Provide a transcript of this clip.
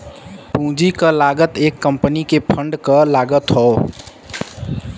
पूंजी क लागत एक कंपनी के फंड क लागत हौ